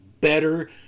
better